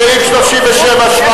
סעיף 37(17)